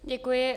Děkuji.